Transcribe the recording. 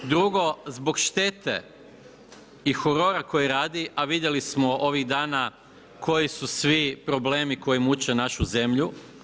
Drugo zbog štete i horora koji radi, a vidjeli smo ovih dana koji su svi problemi koji muče našu zemlju.